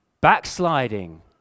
backsliding